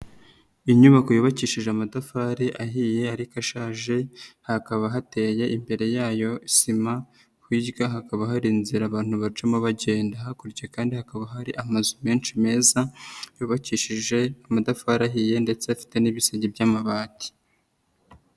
Inyubako yubakishije amatafari ahiye ariko ashaje, hakaba hateye imbere yayo sima, hirya hakaba hari inzira abantu bacamo bagenda, hakurya kandi hakaba hari amazu menshi meza, yubakishije amatafari ahiye ndetse afite n'ibisenge by'amabati.